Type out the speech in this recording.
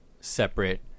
separate